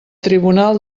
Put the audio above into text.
tribunal